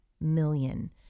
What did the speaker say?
million